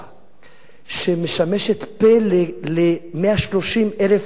שמשמשת פה ל-130,000 עולים מאתיופיה,